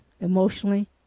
emotionally